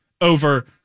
over